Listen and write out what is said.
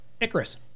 icarus